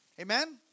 Amen